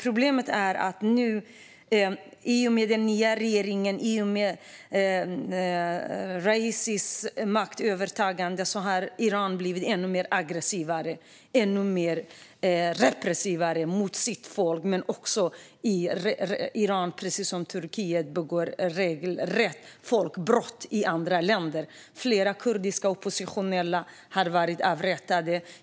Problemet är att Iran nu i och med den nya regeringen och Raisis maktövertagande har blivit ännu mer aggressivt och ännu mer repressivt mot sitt folk. Iran begår, precis som Turkiet, regelrätta folkrättsbrott i andra länder. Flera kurdiska oppositionella har blivit avrättade.